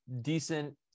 decent